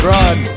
Run